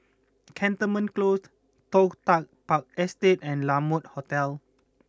Cantonment Close Toh Tuck Park Estate and La Mode Hotel